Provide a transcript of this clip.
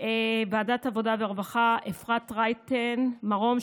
ועדת העבודה והרווחה אפרת רייטן מרום,